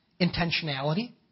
intentionality